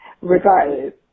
Regardless